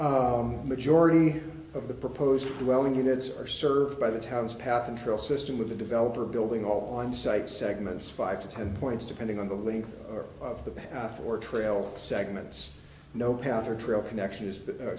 simply majority of the proposed welding units are served by the thames path control system with the developer building all on site segments five to ten points depending on the length of the path for trail segments no path or trail connection is